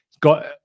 Got